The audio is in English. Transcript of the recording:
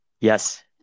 Yes